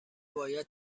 باید